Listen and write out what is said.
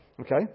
Okay